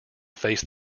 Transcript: face